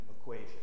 equation